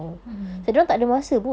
mm mm